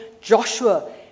Joshua